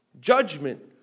Judgment